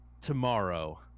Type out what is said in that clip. tomorrow